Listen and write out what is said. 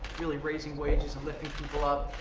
really raising wages and lifting people up.